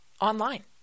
online